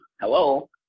Hello